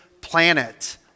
planet